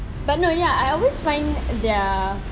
but no ya I always find they are